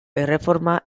erreforma